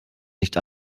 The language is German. nicht